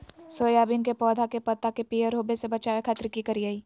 Soybean के पौधा के पत्ता के पियर होबे से बचावे खातिर की करिअई?